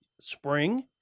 spring